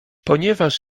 ponieważ